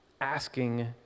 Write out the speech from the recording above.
asking